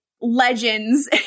legends